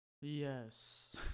Yes